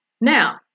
Now